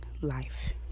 life